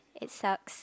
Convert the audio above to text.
it sucks